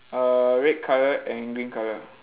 err red colour and green colour